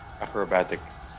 Acrobatics